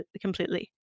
completely